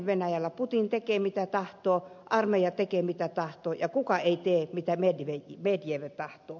venäjällä putin tekee mitä tahtoo armeija tekee mitä tahtoo ja kukaan ei tee mitä medvedev tahtoo